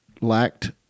lacked